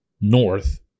north